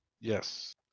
Yes